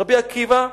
רבי עקיבא,